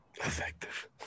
Effective